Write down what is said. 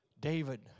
David